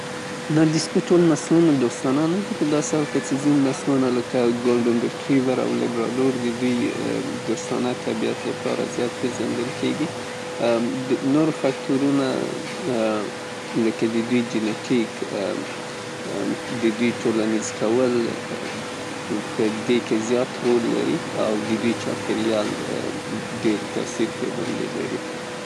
نه د سپي تول نسلونه دوستانه نه دي په داسې حال کې چې ځیني نسلونه لکه ګولدن ریټریور او لبراډور د دوی د دوستانه طبیعت له پاره ډیر پیژندل کیږي. نور فکټورونه لکه د دوی جینیټیک او د دوی ټولنیز کول په دې کې زیات رول لري او د دوی چاپیریال ډیر تاثیر پرې لري.